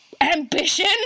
ambition